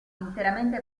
interamente